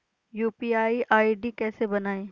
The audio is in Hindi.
यू.पी.आई आई.डी कैसे बनाएं?